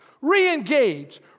re-engage